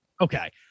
Okay